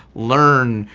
learn,